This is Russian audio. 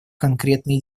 конкретные